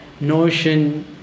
Notion